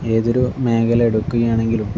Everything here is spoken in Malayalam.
ഏതൊരു മേഖല എടുക്കുകയാണെങ്കിലും